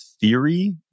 theory